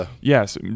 yes